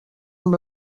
amb